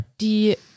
die